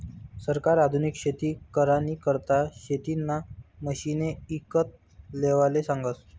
सरकार आधुनिक शेती करानी करता शेतीना मशिने ईकत लेवाले सांगस